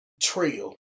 Trail